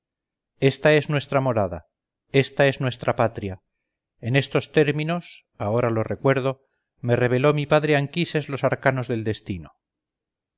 esta es nuestra morada esta es nuestra patria en estos términos ahora lo recuerdo me reveló mi padre anquises los arcanos del destino